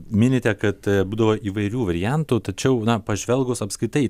minite kad buvo įvairių variantų tačiau pažvelgus apskritai